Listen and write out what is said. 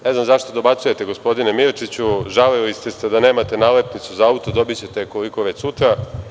Ne znam zašto dobacujte, gospodine Mirčiću, žalili ste se da nemate nalepnicu za auto, dobićete je koliko već sutra.